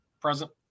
present